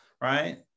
right